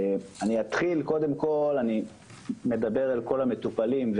אני מדבר לכל המטופלים,